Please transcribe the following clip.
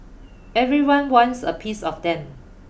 everyone wants a piece of them